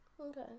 Okay